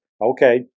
okay